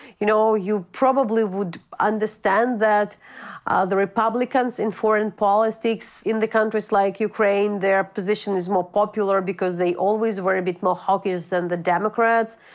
you know, you probably would understand that ah the republicans in foreign policy in the countries like ukraine, their position is more popular because they always were a bit more hawkish than the democrats.